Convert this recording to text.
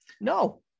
No